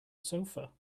sofa